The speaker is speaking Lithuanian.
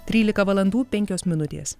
trylika valandų penkios minutės